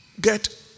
Get